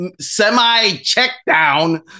semi-checkdown